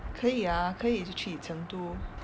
可以 ah 可以去成都